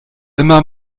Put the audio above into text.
immer